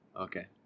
Okay